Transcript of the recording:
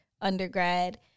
undergrad